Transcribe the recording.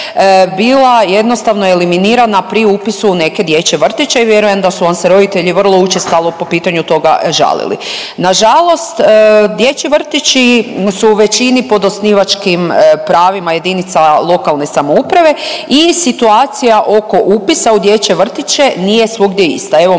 bila jednostavno eliminirana pri upisu u neke dječje vrtiće i vjerujem da su vam se roditelji vrlo učestalo po pitanju toga žalili. Na žalost dječji vrtići su u većini pod osnivačkim pravima jedinica lokalne samouprave i situacija oko upisa u dječje vrtiće nije svugdje ista.